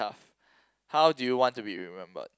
how do you want to be remembered